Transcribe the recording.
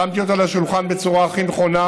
שמתי אותו על השולחן בצורה הכי נכונה,